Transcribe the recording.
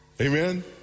amen